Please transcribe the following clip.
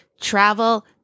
travel